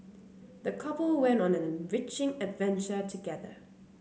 the couple went on an enriching adventure together